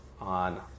on